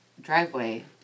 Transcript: driveway